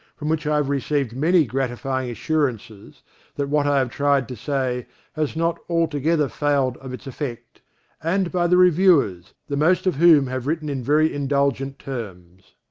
from which i have received many gratifying assurances that what i have tried to say has not altogether failed of its effect and by the reviewers, the most of whom have written in very indulgent terms.